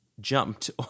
jumped